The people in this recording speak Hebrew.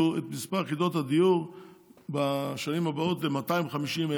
את מספר יחידות הדיור בשנים הבאות ל-250,000,